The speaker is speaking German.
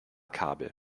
kabel